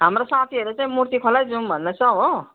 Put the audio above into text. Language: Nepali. हाम्रो साथीहरूले चाहिँ मूर्ति खोलै जाऔँ भन्दैछ हो